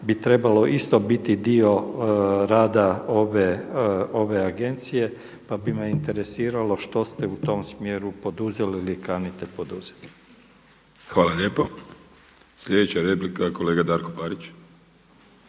bi trebalo isto biti dio rada ove agencije, pa bi me interesiralo što ste u tom smjeru poduzeli ili kanite poduzeti. **Vrdoljak, Ivan (HNS)** Hvala lijepo. Sljedeća replika kolega Darko Parić.